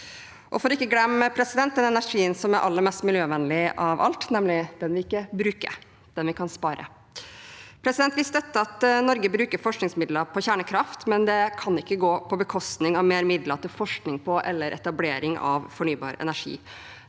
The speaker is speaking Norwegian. for ikke å glemme den energien som er aller mest miljøvennlig av alt, nemlig den vi ikke bruker, den vi kan spare. Vi støtter at Norge bruker forskningsmidler på kjernekraft, men det kan ikke gå på bekostning av mer midler til forskning på eller etablering av fornybar energi.